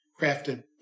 crafted